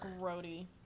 Grody